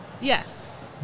Yes